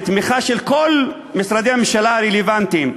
בתמיכה של כל משרדי הממשלה הרלוונטיים,